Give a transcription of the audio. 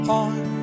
on